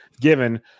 given